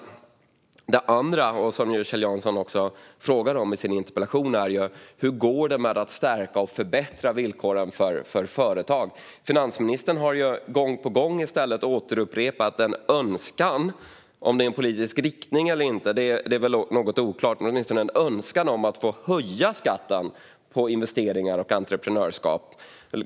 Det andra, som Kjell Jansson också frågade om i sin interpellation, är hur det går med att stärka och förbättra villkoren för företag. Finansministern har gång på gång upprepat en önskan - om det är en politisk riktning eller inte är väl något oklart, men det är åtminstone en önskan - att få höja skatten på investeringar och entreprenörskap.